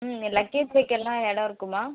ம் லக்கேஜ் வைக்கலாம் இடம் இருக்குமா